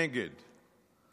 נגד, נגד.